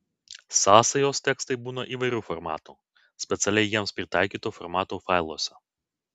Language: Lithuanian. sąsajos tekstai būna įvairių formatų specialiai jiems pritaikytų formatų failuose